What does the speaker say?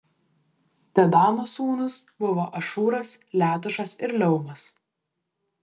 dedano sūnūs buvo ašūras letušas ir leumas